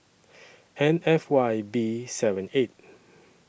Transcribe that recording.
N F Y B seven eight